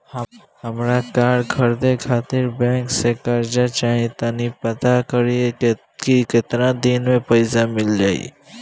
हामरा कार खरीदे खातिर बैंक से कर्जा चाही तनी पाता करिहे की केतना दिन में पईसा मिल जाइ